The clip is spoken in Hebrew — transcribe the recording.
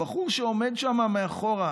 הבחור שעומד שם מאחור,